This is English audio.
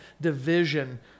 division